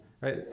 right